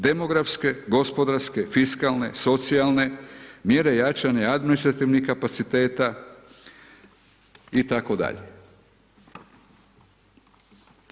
Demografske, gospodarske, fiskalne, socijalne, mjere jačanja administrativnih kapaciteta itd.